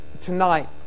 tonight